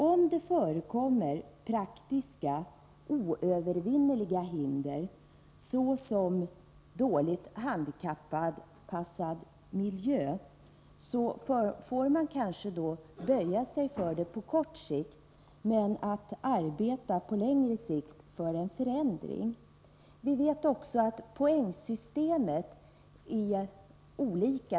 Om det förekommer praktiska, oövervinnerliga hinder såsom dåligt handikappanpassad miljö, så får man kanske böja sig för detta på kort sikt, men man får arbeta på längre sikt för en förändring. Vi vet också att poängsystemet slår olika.